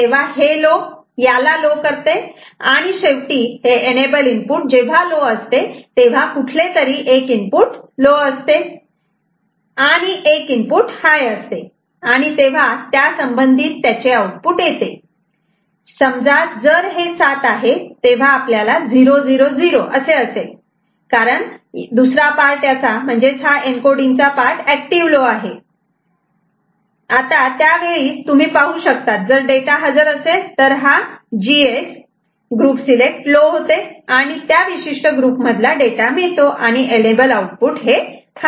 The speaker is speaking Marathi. तेव्हा हे लो याला लो करते आणि शेवटी एनेबल इनपुट जेव्हा लो असते तेव्हा कुठले तरी एक इनफुट लो असते आणि एक इनपुट हाय असते आणि तेव्हा त्यासंबंधीत त्याचे आउटपुट येते समजा जर हे 7 आहे तेव्हा हे 000 असे असेल कारण दुसरा पार्ट याचा म्हणजे याचा एनकोडिंग पार्ट एक्टिव लो आहे आणि त्यावेळी तुम्ही पाहू शकतात जर डेटा हजर असेल तर जी एस हे लो होते आणि त्या विशिष्ट ग्रुप मधला डेटा मिळतो आणि एनेबल आउटपुट हाय होते